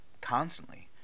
constantly